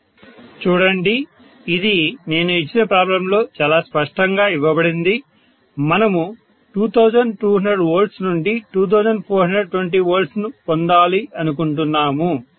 professor చూడండి ఇది నేను ఇచ్చిన ప్రాబ్లం లో చాలా స్పష్టంగా ఇవ్వబడింది మనము 2200 V నుండి 2420 V ను పొందాలనుకుంటున్నాము